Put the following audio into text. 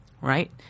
right